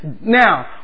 Now